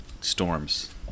storms